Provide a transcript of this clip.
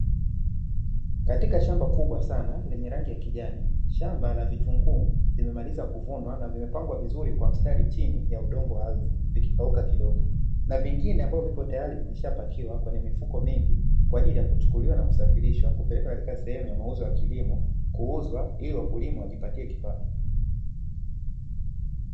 Katika shamba kubwa sana lenye rangi ya kijani, shamba la vitunguu vimemalizwa kuvunwa na vimepangwa vizuri kwa mstari chini ya udongo wa ardhi vikikauka kidogo na vingine ambavyo viko tayari vimeshapakiwa kwenye mifuko mingi, kwa ajili ya kuchukuliwa na kusafirishwa na kupelekwa katika sehemu ya mauzo ya kilimo kuuzwa ili wakulima wajipatie kipato.